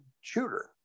shooter